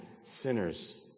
sinners